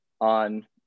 on